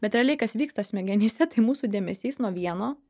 bet realiai kas vyksta smegenyse tai mūsų dėmesys nuo vieno